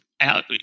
out